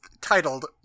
titled